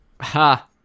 Ha